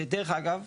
ודרך אגב,